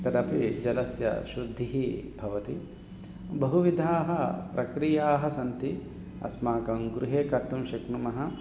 तदपि जलस्य शुद्धिः भवति बहुविधाः प्रक्रियाः सन्ति अस्माकं गृहे कर्तुं शक्नुमः